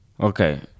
Okay